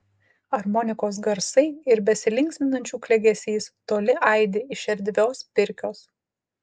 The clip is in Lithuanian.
armonikos garsai ir besilinksminančių klegesys toli aidi iš erdvios pirkios